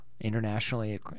internationally